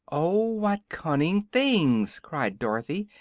oh, what cunning things! cried dorothy,